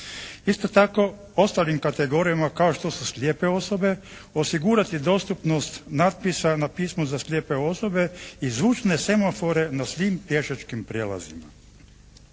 Isto tako, ostalim kategorijama kao što su slijepe osobe osigurati dostupnost natpisa na pismu za slijepe osobe i zvučne semafore na svim pješačkim prijelazima.